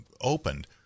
opened